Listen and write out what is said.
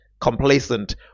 complacent